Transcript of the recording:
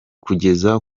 kugeza